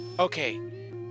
Okay